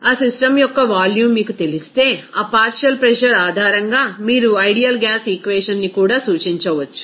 ఆ సిస్టమ్ యొక్క వాల్యూమ్ మీకు తెలిస్తే ఆ పార్షియల్ ప్రెజర్ ఆధారంగా మీరు ఐడియల్ గ్యాస్ ఈక్వేషన్ ని కూడా సూచించవచ్చు